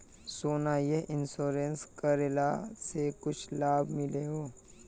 सोना यह इंश्योरेंस करेला से कुछ लाभ मिले है?